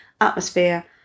atmosphere